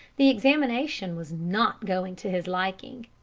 the examination was not going to his liking.